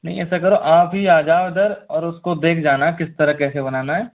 नहीं ऐसा करो आप ही आ जाओ इधर और उसको देख जाना किस तरह कैसे बनाना है